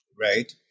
right